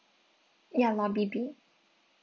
ya lobby B